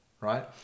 right